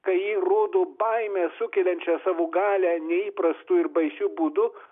kai ji rodo baimę sukeliančią savo galią neįprastu ir baisiu būdu